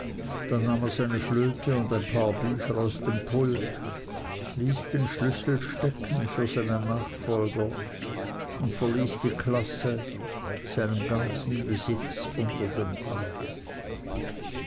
dann nahm er seine flöte und ein paar bücher aus dem pult ließ den schlüssel stecken für seinen nachfolger und verließ die klasse seinen ganzen besitz unter dem arm